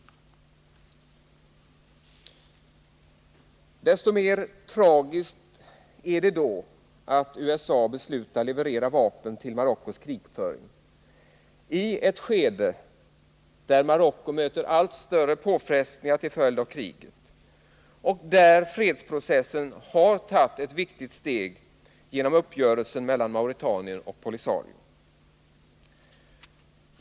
Så mycket mer tragiskt är det då att USA har beslutat att leverera vapen till Marockos krigföring i ett skede då Marocko möter allt större påfrestningar till följd av kriget och då fredsprocessen har tagit ett viktigt steg genom uppgörelsen mellan Mauretanien och POLISARIO.